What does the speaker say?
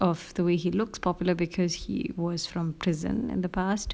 of the way he looks popular because he was from prison in the past